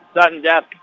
sudden-death